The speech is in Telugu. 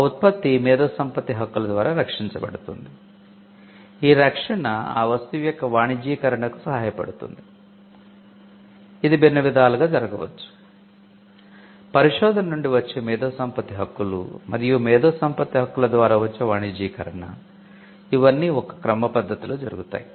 ఆ ఉత్పత్తి మేధో సంపత్తి హక్కుల ద్వారా వచ్చే వాణిజ్యీకరణ ఇవన్నీ ఒక క్రమ పద్ధతిలో జరుగుతాయి